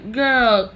girl